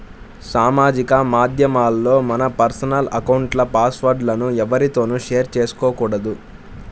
సామాజిక మాధ్యమాల్లో మన పర్సనల్ అకౌంట్ల పాస్ వర్డ్ లను ఎవ్వరితోనూ షేర్ చేసుకోకూడదు